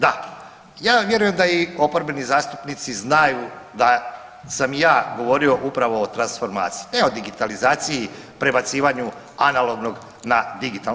Da, ja vjerujem da i oporbeni zastupnici znaju da sam ja govorio upravo o transformaciji, ne o digitalizaciji, prebacivanju analognog na digitalno.